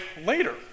later